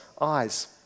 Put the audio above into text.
eyes